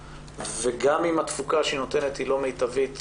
וגם אם העבודה שהיא נותנת היא לא מיטבית,